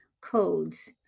codes